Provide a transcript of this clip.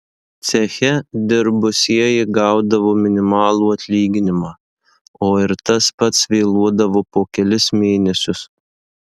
ceche dirbusieji gaudavo minimalų atlyginimą o ir tas pats vėluodavo po kelis mėnesius